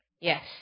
Yes